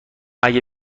اگه